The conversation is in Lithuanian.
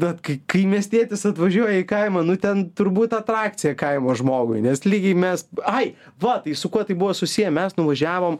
bet kai kai miestietis atvažiuoja į kaimą nu ten turbūt atrakcija kaimo žmogui nes lygiai mes ai va su kuo tai buvo susiję mes nuvažiavom